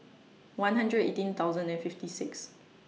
one hundred eighteen thousand and fifty six